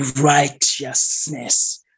righteousness